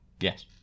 Yes